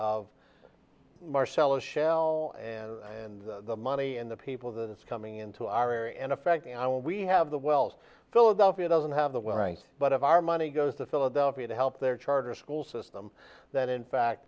of marcello shell and the money and the people that it's coming into our area and affecting our we have the wells philadelphia doesn't have the well right but of our money goes to philadelphia to help their charter school system that in fact